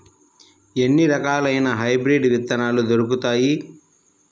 ఎన్ని రకాలయిన హైబ్రిడ్ విత్తనాలు దొరుకుతాయి?